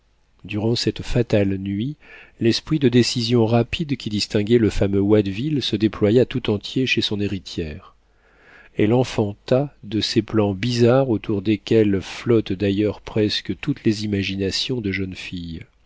durant cette fatale nuit l'esprit de décision rapide qui distinguait le fameux watteville se déploya tout entier chez son héritière elle enfanta de ces plans bizarres autour desquels flottent d'ailleurs presque toutes les imaginations de jeunes filles